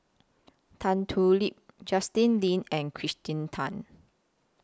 Tan Thoon Lip Justin Lean and Kirsten Tan